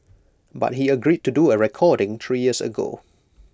but he agreed to do A recording three years ago